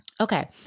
okay